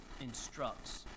instructs